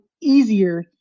easier